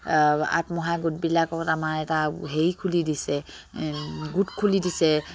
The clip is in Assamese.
আত্মসহায়ক গোটবিলাকত আমাৰ এটা হেৰি খুলি দিছে গোট খুলি দিছে